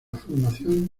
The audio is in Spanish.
formación